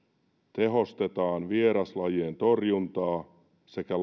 tehostetaan vieraslajien torjuntaa sekä